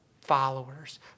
followers